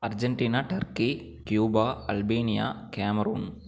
Argentina turkey Cuba Albania Cameroon